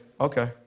okay